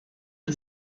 are